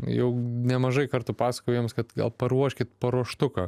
jau nemažai kartų pasakojau jiems kad gal paruoškit paruoštuką